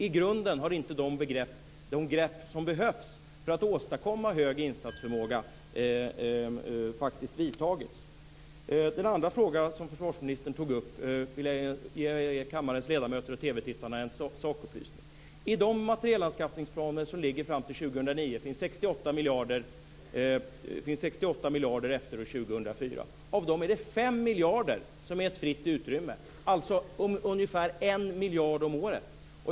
I grunden har inte de åtgärder som behövs för att åstadkomma hög insatsförmåga faktiskt vidtagits. I den andra fråga som försvarsministern tog upp vill jag ge kammarens ledamöter och TV-tittarna en sakupplysning. I de materielanskaffningsplaner som gäller fram till 2009 finns 68 miljarder för åren efter 2004. Av dem är det 5 miljarder som är ett fritt utrymme, alltså ungefär 1 miljard om året.